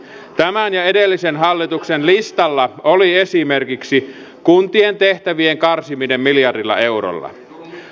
tämän ja edellisen hallituksen listalla oli esimerkiksi kuntien tehtävien karsiminen miljardilla eurolla